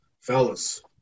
fellas